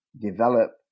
develop